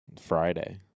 Friday